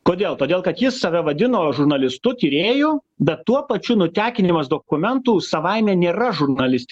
kodėl todėl kad jis save vadino žurnalistu tyrėju bet tuo pačiu nutekinimas dokumentų savaime nėra žurnalisti